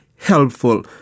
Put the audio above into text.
helpful